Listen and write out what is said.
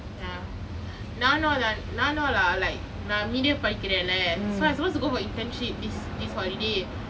ya நானும் தான் நானும்:naanum thaan naanum lah like நான்:naan media படிக்கிறேன்லே: padikiren le so I supposed to go for internship this this holiday